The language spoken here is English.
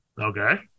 Okay